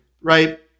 right